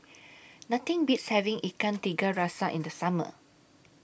Nothing Beats having Ikan Tiga Rasa in The Summer